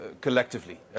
collectively